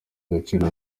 gaciro